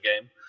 game